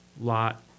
Lot